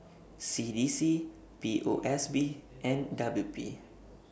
C D C P O S B and W P